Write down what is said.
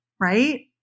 right